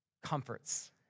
comforts